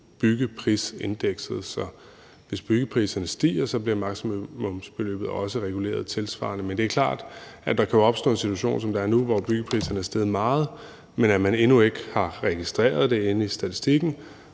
byggeprisindekset, så hvis byggepriserne stiger, bliver maksimumsbeløbet også reguleret tilsvarende. Men det er klart, at der kan opstå en situation, som der er nu, hvor byggepriserne er steget meget, men man endnu ikke har registreret det i statistikken,